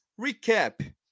recap